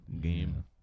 game